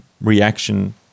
reaction